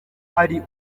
ari